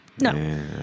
No